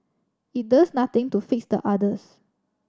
it does nothing to fix the others